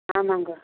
ஆமாங்க